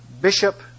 bishop